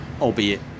albeit